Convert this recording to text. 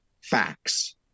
facts